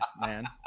man